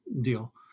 deal